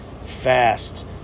fast